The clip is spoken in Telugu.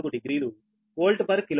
40 వోల్ట్ పర్ కిలోమీటర్